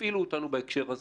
תפעילו אותנו בהקשר הזה.